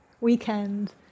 weekend